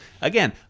again